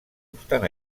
obstant